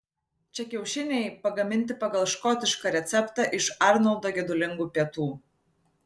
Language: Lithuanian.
čia kiaušiniai pagaminti pagal škotišką receptą iš arnoldo gedulingų pietų